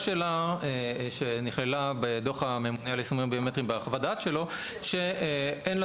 שלה שנכללה בדוח הממונה על היישומים הביומטריים בחוות דעת שלו שאין לה